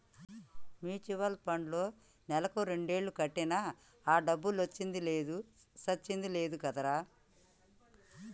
mutual పండ్లో నెలకు రెండేలు కట్టినా ఆ డబ్బులొచ్చింది లేదు సచ్చింది లేదు కదరా